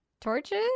torches